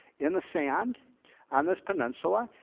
in the sand on this peninsula.